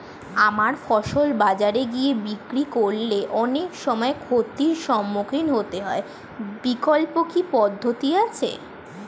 আমার ফসল বাজারে গিয়ে বিক্রি করলে অনেক সময় ক্ষতির সম্মুখীন হতে হয় বিকল্প কি পদ্ধতি আছে?